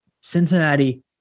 Cincinnati